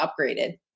upgraded